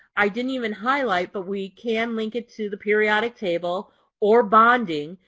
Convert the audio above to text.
i didn't even highlight but we can link it to the periodic table or bonding.